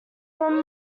from